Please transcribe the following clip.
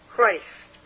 Christ